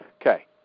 Okay